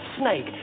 snake